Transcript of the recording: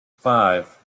five